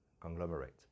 conglomerate